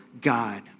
God